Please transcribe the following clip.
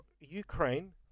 Ukraine